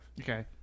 okay